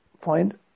find